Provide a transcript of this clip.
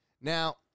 Now